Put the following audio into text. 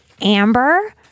Amber